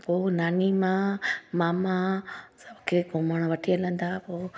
पोइ नानी मां मामा खे घुमणु वठी हलंदा पोइ